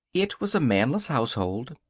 it was a manless household.